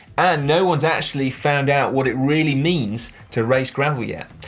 and, no one's actually found out what it really means to race gravel yet.